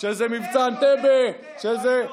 שזה מבצע אנטבה, שזה,